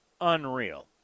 unreal